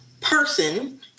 person